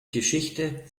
geschichte